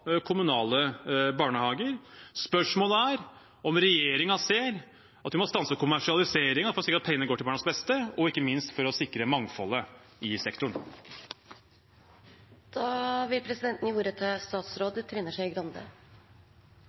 kommunale barnehager. Spørsmålet er om regjeringen ser at vi må stanse kommersialiseringen for å sikre at pengene går til barnas beste, og ikke minst for å sikre mangfoldet i